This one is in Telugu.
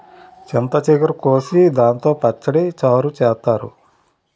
చింత చిగురు కోసి దాంతో పచ్చడి, చారు చేత్తారు